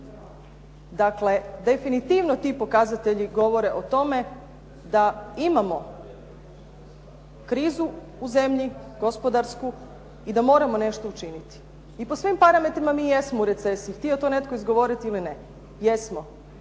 Dakle, definitivno ti pokazatelji govore o tome da imamo krizu u zemlji, gospodarsku i da moramo nešto učiniti i po svim parametrima mi jesmo u recesiji, htio to netko izgovoriti ili ne. Jesmo.